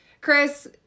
Chris